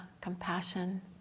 compassion